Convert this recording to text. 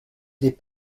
des